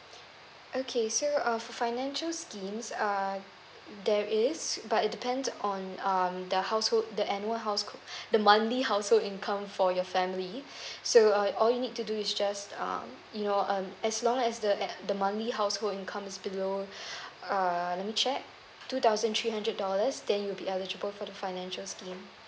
okay so err for financial schemes uh there is but it depends on um the household the annual house the monthly household income for your family so uh all you need to do is just um you know um as long as the the monthly household income is below err let me check two thousand three hundred dollars then you'll be eligible for the financial scheme